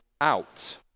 out